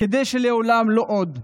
שלעולם לא עוד.